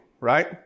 right